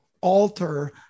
alter